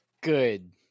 good